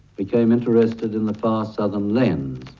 became interested in the far southern lands.